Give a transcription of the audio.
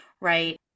right